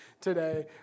today